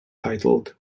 titled